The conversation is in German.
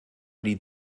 die